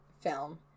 film